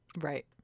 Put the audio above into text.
Right